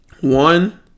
one